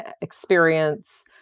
experience